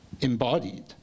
embodied